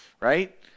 right